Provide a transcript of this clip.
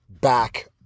back